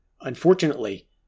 Unfortunately